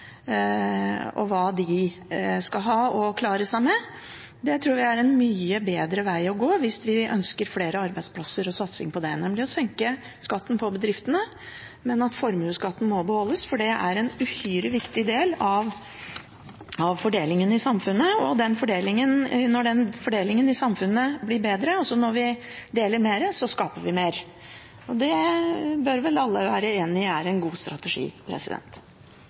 og hva de skal ha å klare seg med. Jeg tror det er en mye bedre veg å gå hvis vi ønsker en satsing på flere arbeidsplasser, å senke skatten på bedriftene, men beholde formuesskatten, for den er en uhyre viktig del av fordelingen i samfunnet. Og når fordelingen i samfunnet blir bedre, altså når vi deler mer, skaper vi mer. Det bør vel alle være enige om er en god strategi.